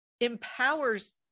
empowers